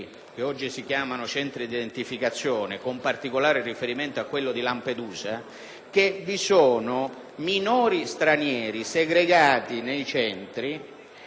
minori stranieri segregati in questi centri. E poiché il nostro ordinamento, in ossequio alle Convenzioni internazionali, prevede che i minori stranieri irregolari